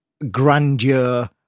grandeur